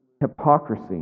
hypocrisy